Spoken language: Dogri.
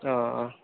हां